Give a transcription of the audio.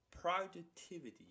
productivity